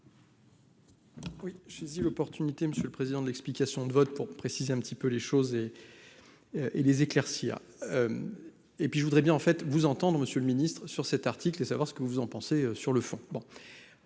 suis saisi l'opportunité, monsieur le président de l'explication de vote pour préciser un petit peu les choses et et les éclaircir et puis je voudrais bien, en fait vous entendent, Monsieur le Ministre, sur cet article et savoir ce que vous en pensez, sur le fond, bon